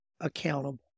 accountable